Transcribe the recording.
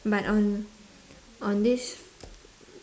but on on this